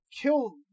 kill